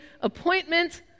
appointment